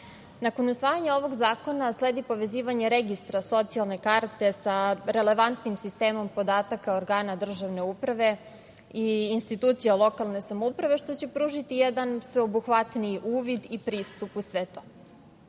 usvajanja ovog zakona sledi povezivanja registra socijalne karte sa relevantnim sistemom podataka organa državne uprave i institucija lokalne samouprave, što će pružiti jedan sveobuhvatniji uvid i pristup u sve to.U